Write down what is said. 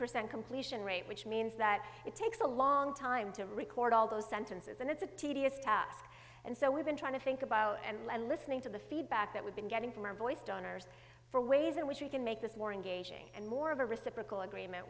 percent completion rate which means that it takes a long time to record all those sentences and it's a tedious task and so we've been trying to think about and listening to the feedback that we've been getting from our voice donors for ways in which we can make this more engaging and more of a reciprocal agreement